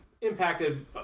impacted